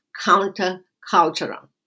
countercultural